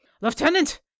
Lieutenant